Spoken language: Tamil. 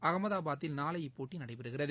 அகமதாபாத்தில் நாளை இப்போட்டிநடைபெறுகிறது